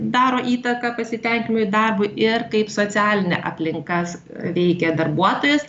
daro įtaką pasitenkinimui darbu ir kaip socialinė aplinka veikia darbuotojus